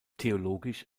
theologisch